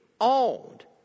owned